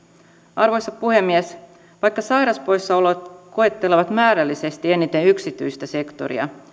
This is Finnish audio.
arvoisa puhemies vaikka sairauspoissaolot koettelevat määrällisesti eniten yksityistä sektoria